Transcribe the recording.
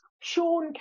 Sean